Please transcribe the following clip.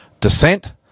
descent